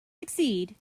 succeed